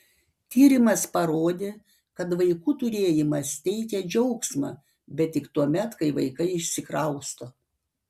tyrimas parodė kad vaikų turėjimas teikią džiaugsmą bet tik tuomet kai vaikai išsikrausto